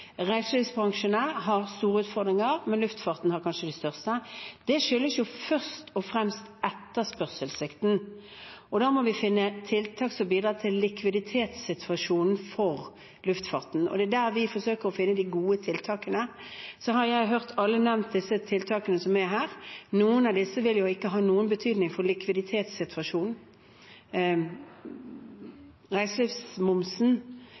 har store utfordringer, men luftfarten har kanskje de største. Det skyldes først og fremst etterspørselssvikten, og da må vi finne tiltak som bidrar til likviditetssituasjonen for luftfarten. Det er der vi forsøker å finne de gode tiltakene. Jeg har hørt alle tiltakene som er nevnt her. Noen av dem vil ikke ha noen betydning for likviditetssituasjonen.